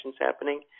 happening